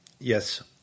Yes